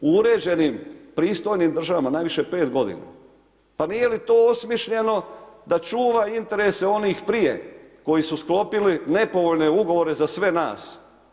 U uređenim pristojnim državama najviše 5 g. Pa nije li to osmišljeno da čuva interese onih prije, koji su sklopili nepovoljne ugovore za sve nas.